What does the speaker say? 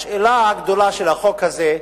השאלה הגדולה של החוק הזה היא: